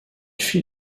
fit